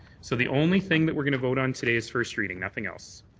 so the only thing that we're going to vote on today is first reading. nothing else.